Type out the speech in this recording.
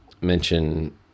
mention